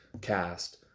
cast